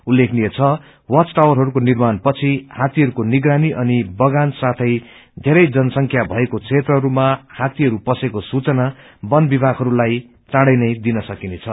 उल्लेखनीय छ वाच टावरहरूको निम्रणपछि हातीहरूको निगरानी अनि बगान साथै धेरै जनसंख्याा भएको क्षेत्रहरूमा हातीहरू पसेको सूचना वन विमागहरू लाई चाड़ै नै दिन सकिनेछ